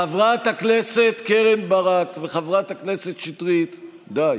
חברת הכנסת קרן ברק וחברת הכנסת שטרית, די.